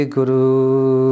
Guru